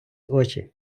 очі